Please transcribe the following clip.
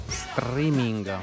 streaming